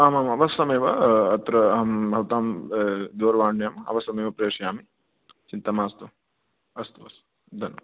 आम् आम् आम् अवश्यमेव अत्र अहं भवतां दूरवाण्याम् अवश्यमेव प्रेषयामि चिन्ता मास्तु अस्तु अस्तु धन्यवादः